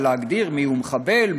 על להגדיר מיהו מחבל,